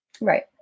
Right